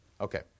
Okay